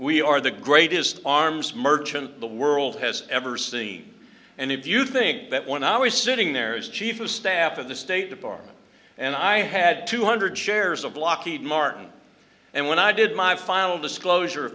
we are the greatest arms merchant the world has ever seen and if you think that when i was sitting there is chief of staff of the state department and i had two hundred shares of lockheed martin and when i did my final disclosure of